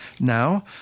now